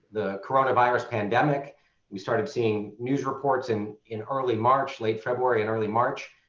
the coronavirus pandemic we started seeing news reports in in early march, late february, and early march.